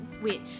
Wait